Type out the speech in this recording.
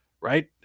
right